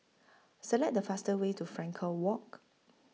Select The fastest Way to Frankel Walk